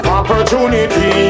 opportunity